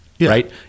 Right